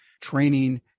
training